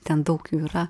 ten daug jų yra